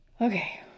Okay